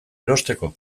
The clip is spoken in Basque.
erosteko